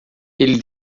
ele